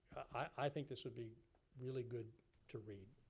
i think this would be really good to read.